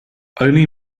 only